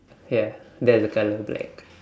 ya that's the the colour black